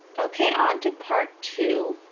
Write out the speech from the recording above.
okay, on to part two,